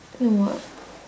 no [what]